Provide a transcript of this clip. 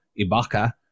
Ibaka